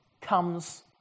comes